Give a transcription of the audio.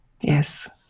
Yes